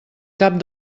cap